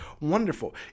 wonderful